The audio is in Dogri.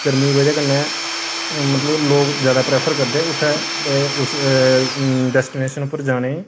गर्मी दी बजह कन्नै मतलब लोक ज्यादा प्रैफर करदे उत्थै उस डैस्टीनेशन पर जाने गी